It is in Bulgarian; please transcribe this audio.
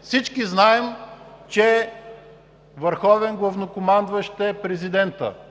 Всички знаем, че върховен главнокомандващ е Президентът.